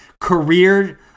career